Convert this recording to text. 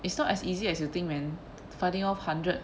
it's not as easy as you think man fighting off hundred